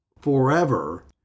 forever